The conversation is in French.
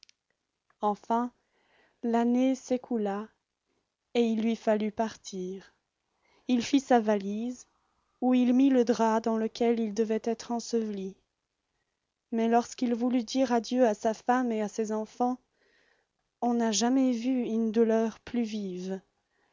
enfin l'année s'écoula et il fallut partir il fit sa valise où il mit le drap dans lequel il devait être enseveli mais lorsqu'il voulut dire adieu à sa femme et à ses enfants on n'a jamais vu une douleur plus vive